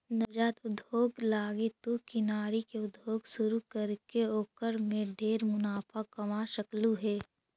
नवजात उद्योग लागी तु किनारी के उद्योग शुरू करके ओकर में ढेर मुनाफा कमा सकलहुं हे